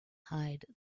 hide